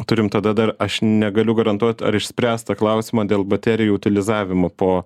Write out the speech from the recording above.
turim tada dar aš negaliu garantuot ar išspręstą klausimą dėl baterijų utilizavimo po